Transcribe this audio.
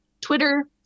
Twitter